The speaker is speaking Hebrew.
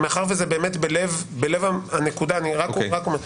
מאחר וזה באמת בלב הנקודה, אני רק אומר.